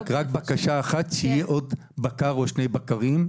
רק בקשה אחת: שיהיו עוד בקר או עוד שני בקרים,